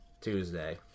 Tuesday